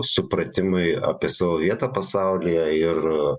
supratimai apie savo vietą pasaulyje ir